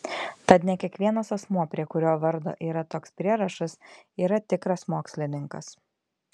tad ne kiekvienas asmuo prie kurio vardo yra toks prierašas yra tikras mokslininkas